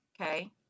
okay